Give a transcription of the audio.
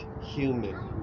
human